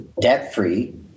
debt-free